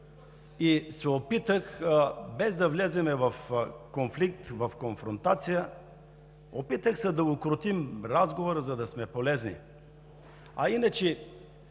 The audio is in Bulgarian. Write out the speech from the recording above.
Опитах се, без да влизам в конфликт, в конфронтация, опитах се да укротя разговора, за да сме полезни. А иначе